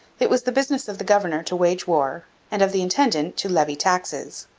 it was the business of the governor to wage war and of the intendant to levy taxes.